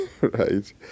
right